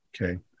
Okay